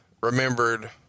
remembered